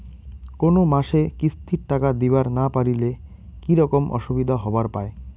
কোনো মাসে কিস্তির টাকা দিবার না পারিলে কি রকম অসুবিধা হবার পায়?